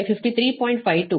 52 89